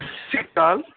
ਸਤਿ ਸ਼੍ਰੀ ਅਕਾਲ